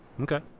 Okay